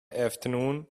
afternoon